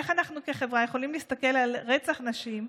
איך אנחנו כחברה יכולים להסתכל על רצח נשים ופשוט,